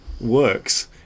works